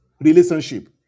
relationship